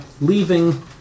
leaving